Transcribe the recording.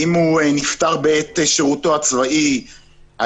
האם הוא נפטר בעת שירותו הצבאי,